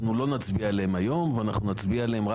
זה